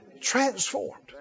Transformed